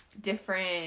different